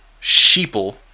sheeple